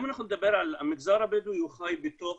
אם אנחנו נדבר על המגזר הבדואי, הוא חי בתוך